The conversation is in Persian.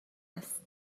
است